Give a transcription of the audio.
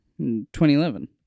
2011